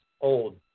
old